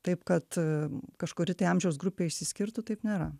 taip kad kažkuri tai amžiaus grupė išsiskirtų taip nėra